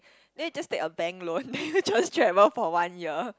then you just take a bank loan then you just travel for one year